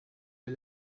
est